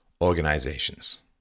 organizations